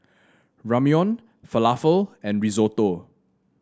Ramyeon Falafel and Risotto